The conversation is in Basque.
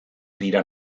dira